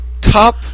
Top